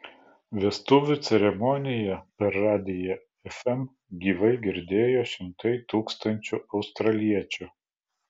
vestuvių ceremoniją per radiją fm gyvai girdėjo šimtai tūkstančių australiečių